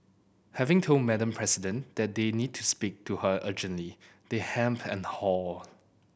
having told Madam President that they need to speak to her urgently they hem and haw